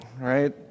right